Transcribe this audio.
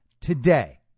today